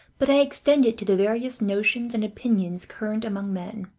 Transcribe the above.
but i extend it to the various notions and opinions current among men,